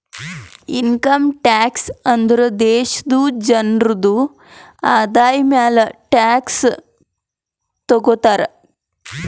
income tax ಅಂದುರ್ ದೇಶಾದು ಜನ್ರುದು ಆದಾಯ ಮ್ಯಾಲ ಟ್ಯಾಕ್ಸ್ ತಗೊತಾರ್